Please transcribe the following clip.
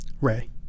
Ray